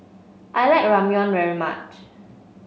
I like Ramyeon very much